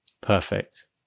perfect